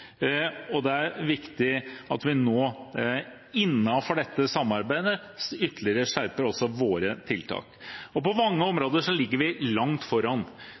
og det er viktig at vi nå, innenfor dette samarbeidet, ytterligere skjerper også våre tiltak. På mange områder ligger vi langt foran.